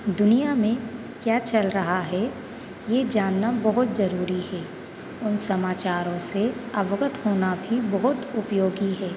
दुनिया में क्या चल रहा है ये जानना बहुत जरूरी है उन समाचारों से अवगत होना भी बहुत उपयोगी है